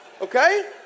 Okay